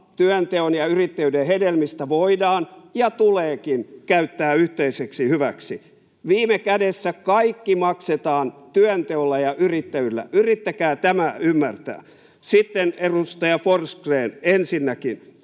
työnteon ja yrittäjyyden hedelmistä voidaan ja tuleekin käyttää yhteiseksi hyväksi. Viime kädessä kaikki maksetaan työnteolla ja yrittäjyydellä, yrittäkää tämä ymmärtää. Sitten edustaja Forsgrén: Ensinnäkin